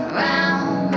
round